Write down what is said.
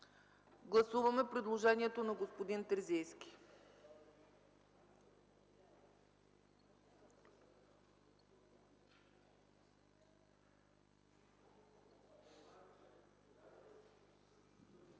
Гласуваме предложението на господин Терзийски. Гласували